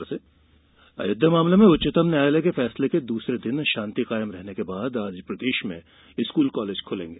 मप्र शांति अयोध्या मामले में उच्चतम न्यायालय के फैसले के दूसरे दिन शांति कायम रहने के बाद आज प्रदेश में स्कूल कॉलेज खुलेंगे